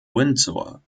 windsor